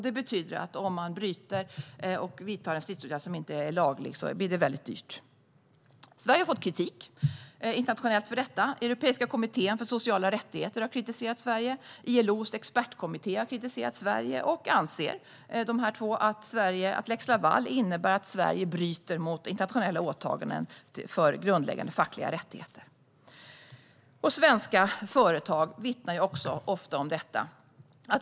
Det betyder att om man bryter mot detta och vidtar en stridsåtgärd som inte är laglig blir det mycket dyrt. Sverige har fått kritik internationellt för detta. Europeiska kommittén för sociala rättigheter och ILO:s expertkommitté har kritiserat Sverige, och de anser att lex Laval innebär att Sverige bryter mot internationella åtaganden för grundläggande fackliga rättigheter. Svenska företag vittnar också ofta om detta.